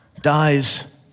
dies